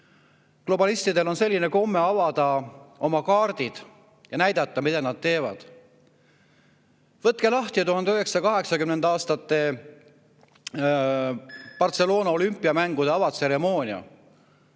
Globalistidel on komme avada oma kaardid ja näidata, mida nad teevad. Võtke lahti [1992.] aasta Barcelona olümpiamängude avatseremoonia.